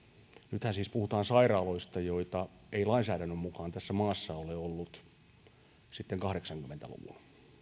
nythän siis puhutaan sairaaloista joita ei lainsäädännön mukaan tässä maassa ole ollut sitten kahdeksankymmentä luvun